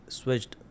switched